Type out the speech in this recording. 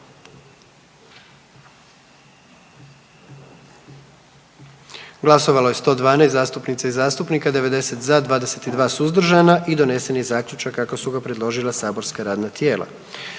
Glasovalo je 94 zastupnica i zastupnika, 92 za, 2 suzdržana pa ja donesen zaključak kako ga predložilo matično radno tijelo.